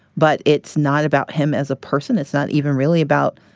but it's not about him as a person. it's not even really about,